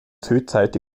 südseite